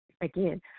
Again